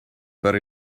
but